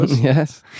Yes